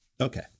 Okay